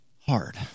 hard